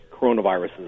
coronaviruses